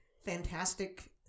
fantastic